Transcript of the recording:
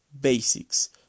basics